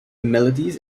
melodies